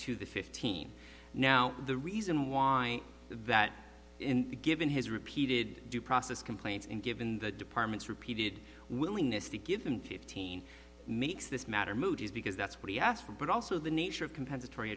the fifteen now the reason why that in a given his repeated due process complaints and given the department's repeated willingness to give him fifteen minutes this matter moody's because that's what he asked for but also the nature of compensatory